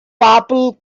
purple